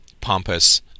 pompous